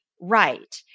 right